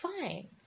fine